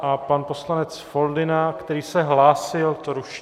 A pan poslanec Foldyna, který se hlásil, to ruší.